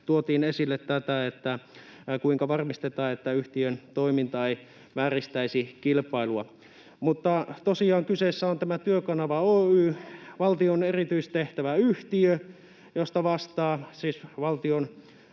tuotiin esille, että kuinka varmistetaan, että yhtiön toiminta ei vääristäisi kilpailua. Mutta tosiaan kyseessä on tämä Työkanava Oy, valtion erityistehtäväyhtiö, jossa valtion